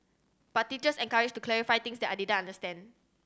but teachers encouraged to clarify things that I didn't understand